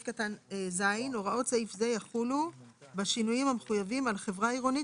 (ז) הוראות סעיף זה יחולו בשינויים המחויבים על חברה עירונית